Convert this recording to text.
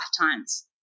lifetimes